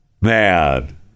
Man